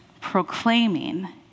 proclaiming